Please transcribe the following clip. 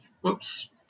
Whoops